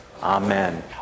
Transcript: Amen